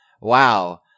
wow